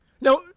Now